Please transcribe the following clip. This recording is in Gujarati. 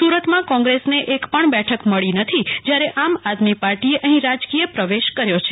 સુ રતમાં કોંગ્રેસને એકપણ બેઠક મળી નથી જયારે આમ આદમી પાર્ટીએ અફી રાજકીય પ્રવેશ કર્યો છે